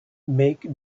make